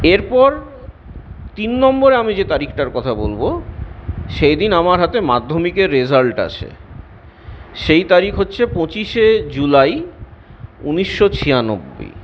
এরপর তিন নম্বরে আমি যে তারিখটার কথা বলবো সেইদিন আমার হাতে মাধ্যমিকের রেজাল্ট আসে সেই তারিখ হচ্ছে পঁচিশে জুলাই উনিশশো ছিয়ানব্বই